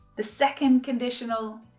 the second conditional,